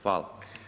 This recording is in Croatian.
Hvala.